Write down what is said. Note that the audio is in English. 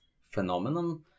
phenomenon